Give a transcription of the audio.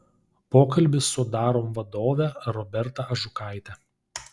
pokalbis su darom vadove roberta ažukaite